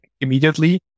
immediately